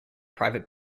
private